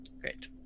great